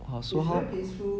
!wah! so how